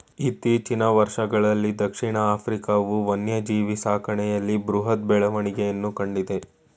ಇತ್ತೀಚಿನ ವರ್ಷಗಳಲ್ಲೀ ದಕ್ಷಿಣ ಆಫ್ರಿಕಾವು ವನ್ಯಜೀವಿ ಸಾಕಣೆಯಲ್ಲಿ ಬೃಹತ್ ಬೆಳವಣಿಗೆಯನ್ನು ಕಂಡಿದೆ